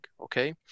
Okay